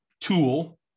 tool